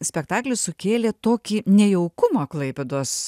spektaklis sukėlė tokį nejaukumą klaipėdos